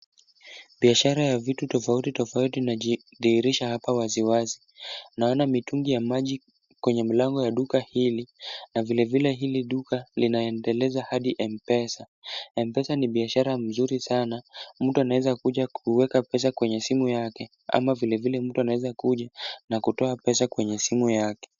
Biashara ya vitu tofauti tofauti inajidhihirisha hapa waziwazi. Naona mitungi ya maji kwenye mlango ya duka hili na vilevile hili duka linaendeleza hadi M-Pesa. M-Pesa ni biashara mzuri sana, mtu anaweza kuja kuweka pesa kwenye simu yake, ama vilevile mtu anaweza kuja na kutoa pesa kwenye simu yake.